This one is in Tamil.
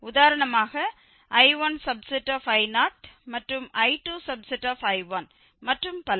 உதாரணமாக I1I0 மற்றும் I2I1 மற்றும் பல